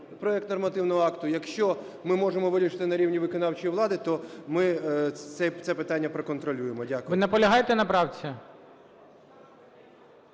Якщо ми можемо вирішити на рівні виконавчої влади, то ми це питання проконтролюємо. Дякую. ГОЛОВУЮЧИЙ. Ви наполягаєте на правці?